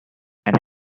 and